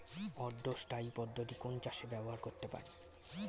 অর্ধ স্থায়ী পদ্ধতি কোন চাষে ব্যবহার করতে পারি?